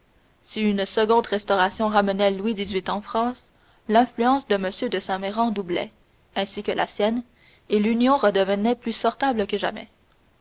si une seconde restauration ramenait louis xviii en france l'influence de m de saint méran doublait ainsi que la sienne et l'union redevenait plus sortable que jamais